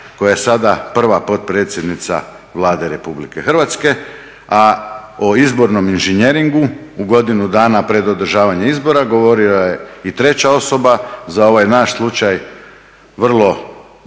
koja je sada prva potpredsjednica Vlade RH, a o izbornom inženjeringu u godinu dana pred održavanje izbora govorio je i treća osoba za ovaj naš slučaj, vrlo da